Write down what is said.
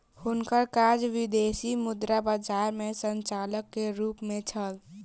हुनकर काज विदेशी मुद्रा बजार में संचालक के रूप में छल